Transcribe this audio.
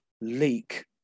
leak